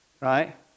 right